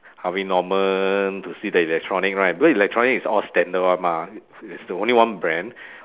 harvey norman to see the electronic right because electronic is all standard [one] mah it's only one brand